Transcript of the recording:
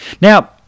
Now